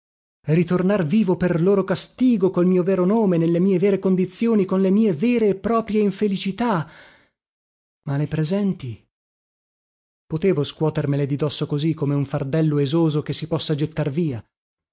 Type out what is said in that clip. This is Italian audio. ritornar vivo per loro castigo col mio vero nome nelle mie vere condizioni con le mie vere e proprie infelicità ma le presenti potevo scuotermele di dosso così come un fardello esoso che si possa gettar via